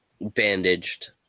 bandaged